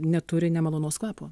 neturi nemalonaus kvapo